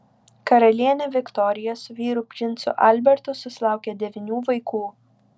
karalienė viktorija su vyru princu albertu susilaukė devynių vaikų